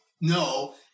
no